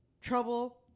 trouble